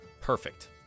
Perfect